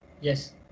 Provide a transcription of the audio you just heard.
Yes